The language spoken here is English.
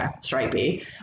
stripey